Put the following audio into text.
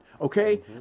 Okay